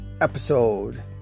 episode